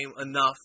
enough